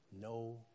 no